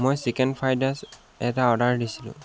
মই chicken fried rice এটা order দিছিলোঁ